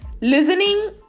listening